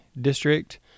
district